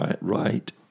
right